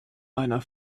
einer